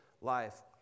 life